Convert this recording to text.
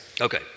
Okay